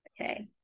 okay